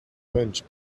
punch